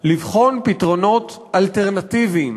לבחון פתרונות אלטרנטיביים